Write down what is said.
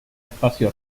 espacio